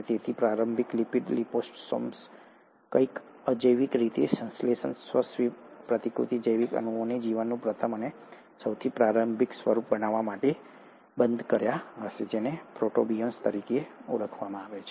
તેથી આ પ્રારંભિક લિપિડ લિપોસોમ્સે કોઈક રીતે આ અજૈવિક રીતે સંશ્લેષિત સ્વ પ્રતિકૃતિ જૈવિક અણુઓને જીવનનું પ્રથમ અને સૌથી પ્રારંભિક સ્વરૂપ બનાવવા માટે બંધ કર્યા હશે જેને તમે પ્રોટોબિયોન્ટ્સ તરીકે ઓળખો છો